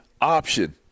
option